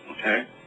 okay